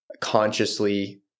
consciously